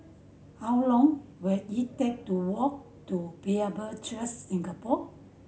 how long will it take to walk to Bible Church Singapore